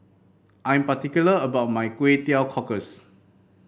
I'm particular about my Kway Teow Cockles